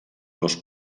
los